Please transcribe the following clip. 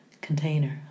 container